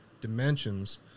dimensions